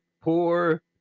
poor